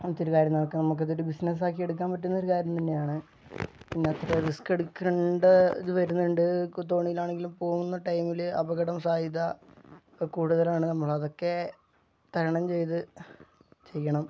അങ്ങനത്തെ ഒരു കാര്യം നോക്കാം നമുക്ക് ഇതൊരു ബിസിനസ് ആക്കി എടുക്കാൻ പറ്റുന്ന ഒരു കാര്യം തന്നെയാണ് പിന്നെ അത്രയും റിസ്ക് എടുക്കണ്ട ഇത് വരുന്നുണ്ട് ഇപ്പ തോണിയിൽ ആണെങ്കിലും പോകുന്ന ടൈമില് അപകടം സാധ്യത ഒക്കെ കൂടുതലാണ് നമ്മൾ അതൊക്കെ തരണം ചെയ്ത് ചെയ്യണം